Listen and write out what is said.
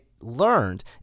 learned